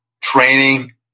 training